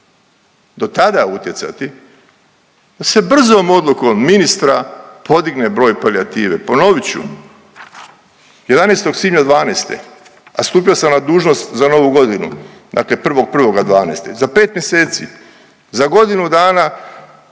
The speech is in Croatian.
do tada utjecati da se brzom odlukom ministra podigne broj palijative. Ponovit ću, 11, svibnja '12., a stupio sam na dužnost za Novu Godinu, znate 1.1.'12., za 5 mjeseci, za godinu dana